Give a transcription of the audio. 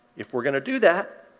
if we're going to do that,